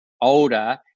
older